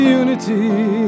unity